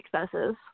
successes